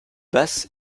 basse